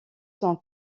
sont